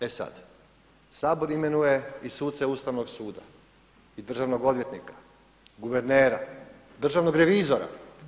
E sad, Sabor imenuje i suce Ustavnog suda i državnog odvjetnika, guvernera, državnog revizora.